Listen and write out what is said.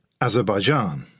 Azerbaijan